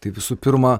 tai visų pirma